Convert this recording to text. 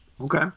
okay